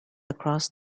across